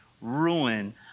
ruin